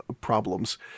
problems